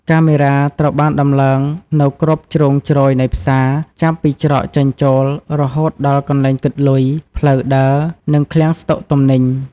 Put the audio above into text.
កាមេរ៉ាត្រូវបានដំឡើងនៅគ្រប់ជ្រុងជ្រោយនៃផ្សារ ចាប់ពីច្រកចេញចូល រហូតដល់កន្លែងគិតលុយ ផ្លូវដើរ និងឃ្លាំងស្តុកទំនិញ។